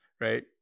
Right